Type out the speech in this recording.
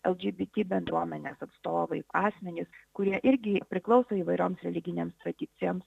lgbt bendruomenės atstovai asmenys kurie irgi priklauso įvairioms religinėms tradicijoms